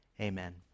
Amen